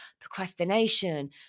procrastination